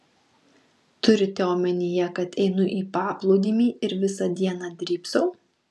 turite omenyje kad einu į paplūdimį ir visą dieną drybsau